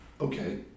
Okay